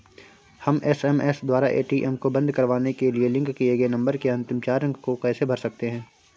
हम एस.एम.एस द्वारा ए.टी.एम को बंद करवाने के लिए लिंक किए गए नंबर के अंतिम चार अंक को कैसे भर सकते हैं?